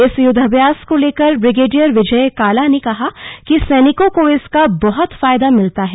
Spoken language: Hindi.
इस युद्धाभ्यास को लेकर ब्रिगडियर विजय काला ने कहा कि सैनिकों को इसका बहुत फायदा मिलता है